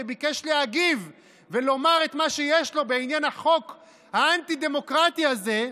שביקש להגיב ולומר את מה שיש לו בעניין החוק האנטי-דמוקרטי הזה,